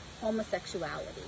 homosexuality